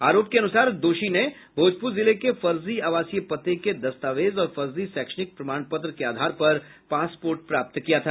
आरोप के अनुसार दोषी ने भोजपुर जिले के फर्जी आवासीय पते के दस्तावेज और फर्जी शैक्षणिक प्रमाण पत्र के आधार पर पासपोर्ट प्राप्त किया था